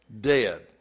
dead